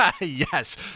Yes